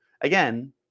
Again